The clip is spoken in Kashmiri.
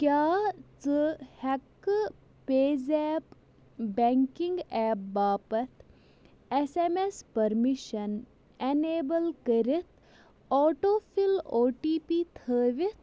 کیٛاہ ژٕ ہٮ۪ککھٕ پیٚے زیپ بینکِنٛگ ایٚپ باپتھ S M S permission enable کٔرِتھ auto fill O T P تھٲوِتھ